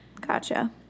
Gotcha